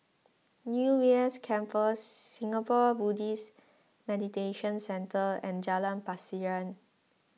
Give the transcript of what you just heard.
U B S Campus Singapore Buddhist Meditation Centre and Jalan Pasiran